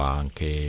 anche